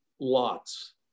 Lots